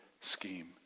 scheme